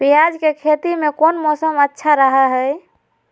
प्याज के खेती में कौन मौसम अच्छा रहा हय?